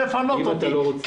אותי,